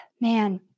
man